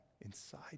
inside